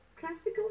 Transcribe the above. Classical